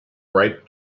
ripe